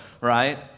right